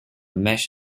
mesh